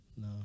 No